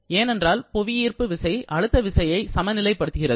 ஏனென்றால் புவியீர்ப்பு விசை அழுத்த விசையை சமநிலைப்படுத்துகிறது